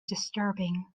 disturbing